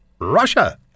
Russia